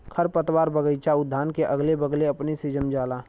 खरपतवार बगइचा उद्यान के अगले बगले अपने से जम जाला